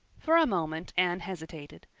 for a moment anne hesitated.